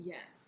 Yes